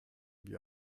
wie